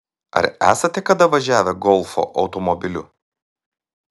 ar esate kada važiavę golfo automobiliu